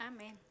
Amen